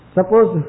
Suppose